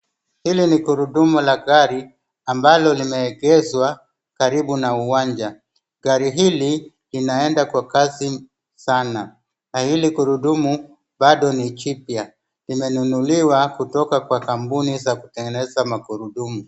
Hili ni gurudumu la gari ambalo limegeshwa karibu na uwanja. Gari hili linaenda kwa kasi sana na hili gurudumu bado ni jipya, limenunuliwa kutoka kwa kampuni za kutengeneza magurudumu.